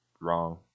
wrong